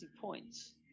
points –